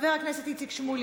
חבר הכנסת מיקי לוי,